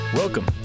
Welcome